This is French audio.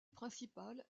principale